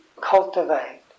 cultivate